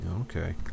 Okay